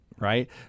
Right